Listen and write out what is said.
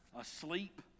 asleep